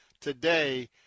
today